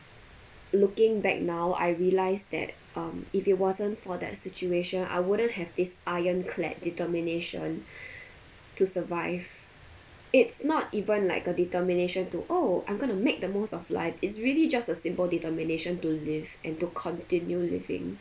looking back now I realise that um if it wasn't for that situation I wouldn't have this iron clad determination to survive it's not even like a determination to oh I'm going to make the most of life it's really just a simple determination to live and to continue living